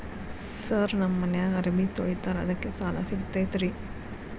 Sir ನಮ್ಮ ಮನ್ಯಾಗ ಅರಬಿ ತೊಳಿತಾರ ಅದಕ್ಕೆ ಸಾಲ ಸಿಗತೈತ ರಿ?